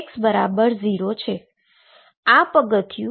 આ પગથીયું x0 માટે છે